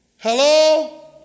Hello